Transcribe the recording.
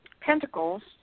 pentacles